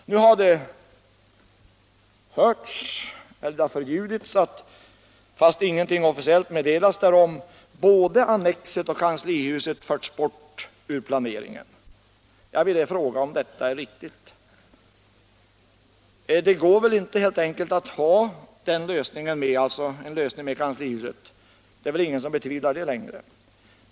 Nu har det förljudits — fastän ingenting officiellt meddelats därom —- att både annexet och kanslihuset förts bort ur planeringen. Jag vill fråga: Är detta riktigt? Det går helt enkelt inte att ha en lösning med kanslihuset — kan någon längre betvivla det?